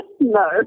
No